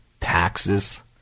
taxes